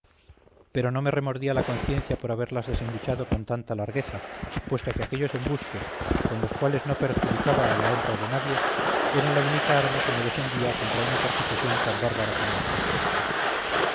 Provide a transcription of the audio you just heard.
pero no me remordía la conciencia por haberlas desembuchado con tanta largueza puesto que aquellos embustes con los cuales no perjudicaba a la honra de nadie eran la única arma que me defendía contra una persecución tan bárbara como injusta